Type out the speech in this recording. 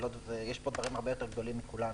יש פה דברים הרבה יותר גדולים מכולנו,